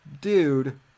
dude